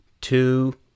two